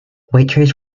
waitrose